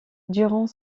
durant